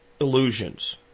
illusions